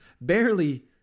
barely